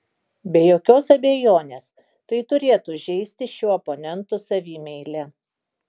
be jokios abejonės tai turėtų žeisti šių oponentų savimeilę